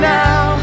now